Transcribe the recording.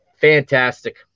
fantastic